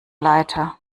leiter